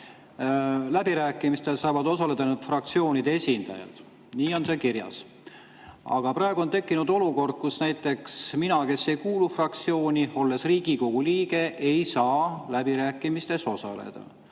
läbirääkimistel saavad osaleda ainult fraktsioonide esindajad. Nii on see kirjas. Aga praegu on tekkinud olukord, kus näiteks mina, kes ma ei kuulu fraktsiooni, olles Riigikogu liige, ei saa läbirääkimistes osaleda.